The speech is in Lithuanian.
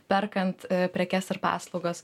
perkant prekes ir paslaugas